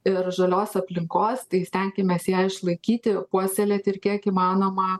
ir žalios aplinkos tai stenkimės ją išlaikyti puoselėti ir kiek įmanoma